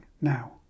now